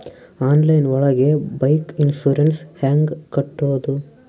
Online ಒಳಗೆ bike insurance ಹ್ಯಾಂಗ್ ಕಟ್ಟುದು?